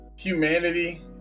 humanity